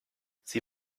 sie